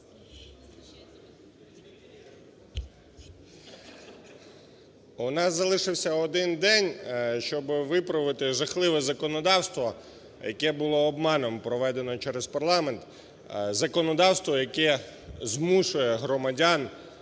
У нас залишився один день, щоб виправити жахливе законодавство, яке було обманом проведено через парламент, законодавство, яке змушує громадян,